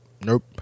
nope